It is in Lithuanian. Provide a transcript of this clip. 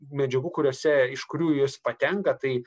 medžiagų kuriose iš kurių jis patenka tai